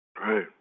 Right